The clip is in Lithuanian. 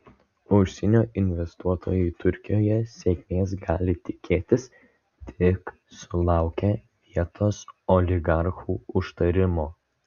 užsienio investuotojai turkijoje sėkmės gali tikėtis tik sulaukę vietos oligarchų užtarimo